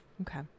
Okay